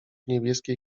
niebieskiej